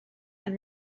and